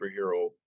superhero